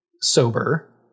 sober